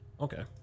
Okay